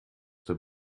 der